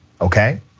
okay